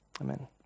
Amen